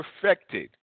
perfected